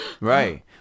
Right